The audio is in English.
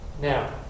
Now